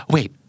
Wait